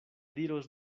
diros